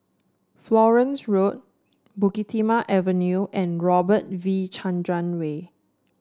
Florence Road Bukit Timah Avenue and Robert V Chandran Way